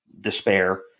despair